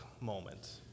moment